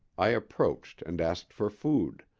i approached and asked for food,